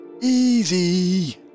easy